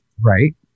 right